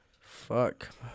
Fuck